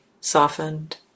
softened